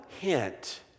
hint